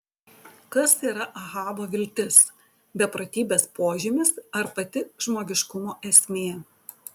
kas yra ahabo viltis beprotybės požymis ar pati žmogiškumo esmė